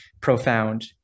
profound